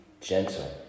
gentle